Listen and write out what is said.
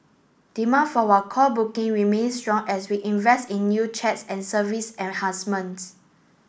demand for our call booking remains strong as we invest in new chats and service enhancements